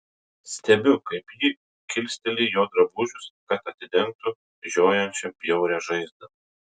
stebiu kaip ji kilsteli jo drabužius kad atidengtų žiojančią bjaurią žaizdą